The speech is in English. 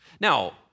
Now